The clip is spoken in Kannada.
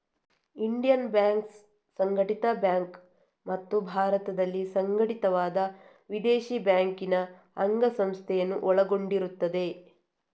ಇಂಡಿಯನ್ ಬ್ಯಾಂಕ್ಸ್ ಸಂಘಟಿತ ಬ್ಯಾಂಕ್ ಮತ್ತು ಭಾರತದಲ್ಲಿ ಸಂಘಟಿತವಾದ ವಿದೇಶಿ ಬ್ಯಾಂಕಿನ ಅಂಗಸಂಸ್ಥೆಯನ್ನು ಒಳಗೊಂಡಿರುತ್ತದೆ